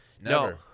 No